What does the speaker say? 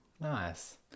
Nice